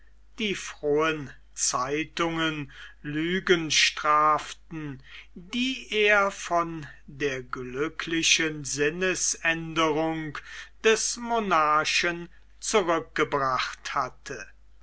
die frohen zeitungen lügen straften die er von der glücklichen sinnesänderung des monarchen zurückgebracht hatte